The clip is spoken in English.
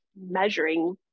measuring